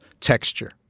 texture